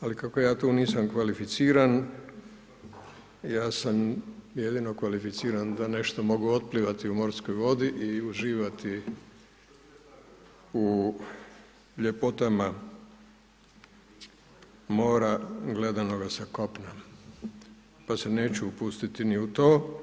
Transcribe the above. Ali, kako ja tu nisam kvalificiran, ja sam jedino kvalificiran da nešto mogu otplivati u morskoj vodi i uživati u ljepotama mora gledanoga sa kopna pa se neću upustiti ni u to.